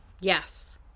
Yes